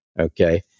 Okay